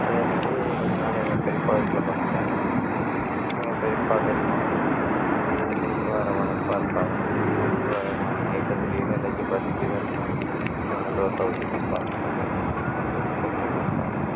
அதேமாதிரி கொஞ்சம் நாள் எங்கள் பெரியப்பா வீட்டில் படித்தேன் எங்கள் பெரியப்பா பெரியம்மாவும் ரொம்ப அரவணைப்பாக இருப்பாங்க ரொம்ப நான் நைட்டில் திடீர்னு எந்திரித்து பசிக்குதும்பேன் எனக்கு தோசை ஊற்றி கொடுப்பாங்க எங்கள் பெரியம்மா பொடியை தொட்டு கொடுப்பாங்க